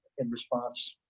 in response.